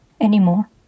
anymore